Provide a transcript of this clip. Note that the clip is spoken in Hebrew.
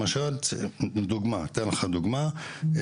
אתן לך דוגמה,